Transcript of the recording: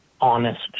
honest